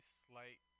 slight